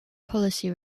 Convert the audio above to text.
policy